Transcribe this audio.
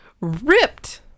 ripped